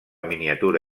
miniatura